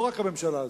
לא רק הממשלה הזאת,